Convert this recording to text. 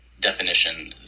definition